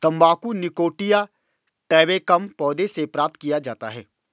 तंबाकू Nicotiana tabacum पौधे से प्राप्त किया जाता है